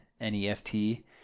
N-E-F-T